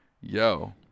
yo